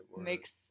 makes